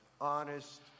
honest